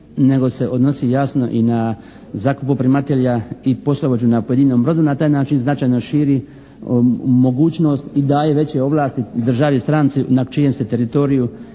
nego se odnosi jasno i na zakupoprimatelja i poslovođu na pojedinom brodu i na taj način značajno širi mogućnost i daje veće ovlasti državi stranci na čijem se teritoriju